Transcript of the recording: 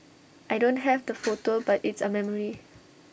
I don't have the photo but it's A memory